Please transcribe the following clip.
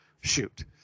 shoot